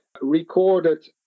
recorded